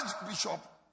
Archbishop